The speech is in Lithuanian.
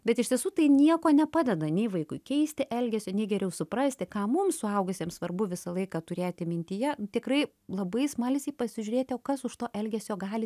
bet iš tiesų tai nieko nepadeda nei vaikui keisti elgesio nei geriau suprasti ką mums suaugusiems svarbu visą laiką turėti mintyje tikrai labai smalsiai pasižiūrėti o kas už to elgesio gali